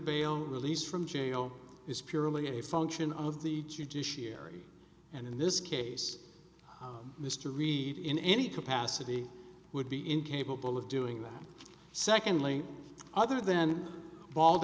bail released from jail is purely a function of the judiciary and in this case mr reed in any capacity would be incapable of doing that secondly other than bald